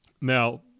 now